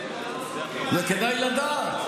כדאי לדעת.